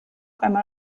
einmal